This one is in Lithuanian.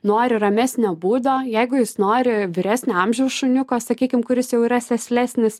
nori ramesnio būdo jeigu jis nori vyresnio amžiaus šuniuko sakykim kuris jau yra sėslesnis